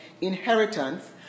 inheritance